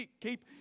keep